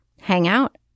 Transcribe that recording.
hangout